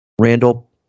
Randall